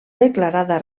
declarada